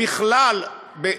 ובכלל, בבקשה.